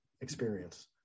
experience